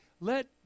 Let